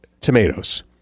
tomatoes